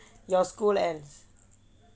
your school ends